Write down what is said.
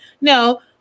No